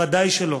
ודאי שלא.